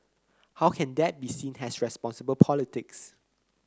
how can that be seen as responsible politics